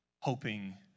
hoping